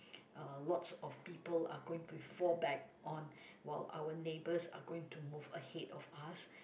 uh lots of people are going to fall back on while our neighbours are going to move ahead of us